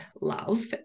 love